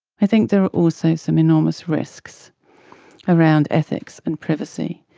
i think there are also some enormous risks around ethics and privacy,